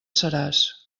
seràs